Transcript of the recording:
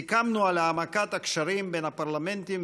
סיכמנו על העמקת הקשרים בין הפרלמנטים,